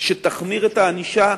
הצעת חוק שתחמיר בצורה דרמטית את הענישה,